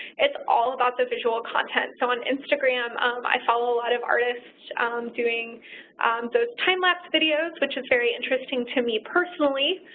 it's all about the visual content. so on instagram, i follow a lot of artists doing those time-lapse videos, which is very interesting to me personally.